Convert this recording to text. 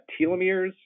telomeres